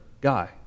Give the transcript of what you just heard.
guy